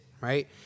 right